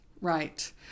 right